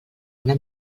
una